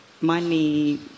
money